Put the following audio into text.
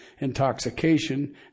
intoxication